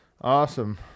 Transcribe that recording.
awesome